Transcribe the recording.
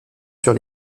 sur